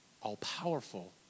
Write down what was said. all-powerful